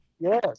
Yes